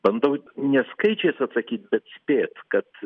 bandau ne skaičiais atsakyt bet spėt kad